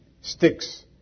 sticks